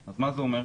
אז מה זה אומר?